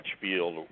field